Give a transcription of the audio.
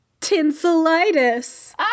tinselitis